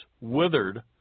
withered